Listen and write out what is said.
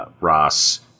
Ross